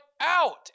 out